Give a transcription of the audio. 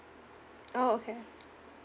oh okay